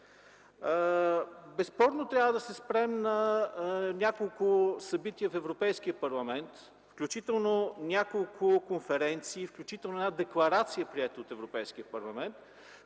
Безспорно трябва да се спрем на няколко събития в Европейския парламент, включително няколко конференции, включително една декларация, приета от Европейския парламент,